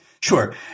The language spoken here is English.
Sure